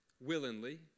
willingly